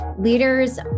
leaders